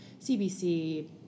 cbc